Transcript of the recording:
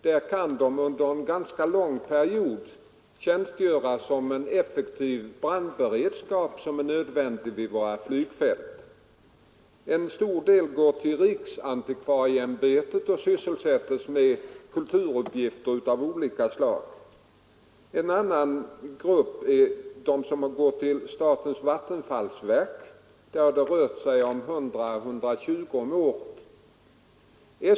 Där kan de under en ganska lång period tjänstgöra som en effektiv brandberedskap som är nödvändig vid våra flygfält. En stor del går till riksantikvarieimbetet och sysselsätts med kulturuppgifter av olika slag. En annan grupp utgör de som går till statens vattenfallsverk — det har rört sig om 100—120 om året.